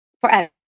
forever